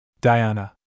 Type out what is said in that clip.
Diana